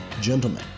Gentlemen